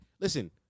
listen